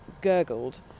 gurgled